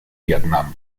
vietnam